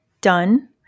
done